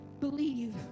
believe